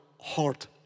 heart